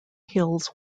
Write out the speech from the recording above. hills